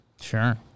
Sure